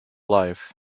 life